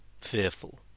fearful